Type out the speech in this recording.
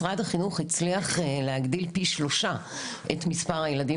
משרד החינוך הצליח להגדיל פי שלושה את מספר הילדים